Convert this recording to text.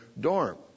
dorm